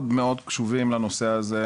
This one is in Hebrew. מאוד מאוד קשובים לנושא הזה,